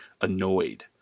annoyed